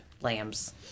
lambs